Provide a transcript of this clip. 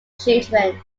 children